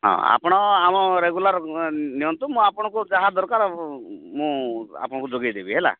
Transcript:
ହଁ ଆପଣ ଆମ ରେଗୁଲାର୍ ନିଅନ୍ତୁ ମୁଁ ଆପଣଙ୍କୁ ଯାହା ଦରକାର ମୁଁ ଆପଣଙ୍କୁ ଯୋଗେଇ ଦେବି ହେଲା